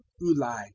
Uli